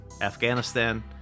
Afghanistan